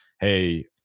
Hey